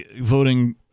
voting